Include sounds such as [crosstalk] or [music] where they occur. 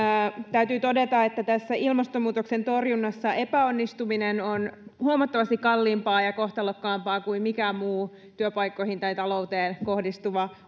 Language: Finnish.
täytyy todeta että tässä ilmastonmuutoksen torjunnassa epäonnistuminen on huomattavasti kalliimpaa ja kohtalokkaampaa kuin mikään muu työpaikkoihin tai talouteen kohdistuva [unintelligible]